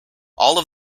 all